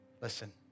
Listen